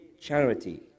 charity